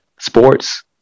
Sports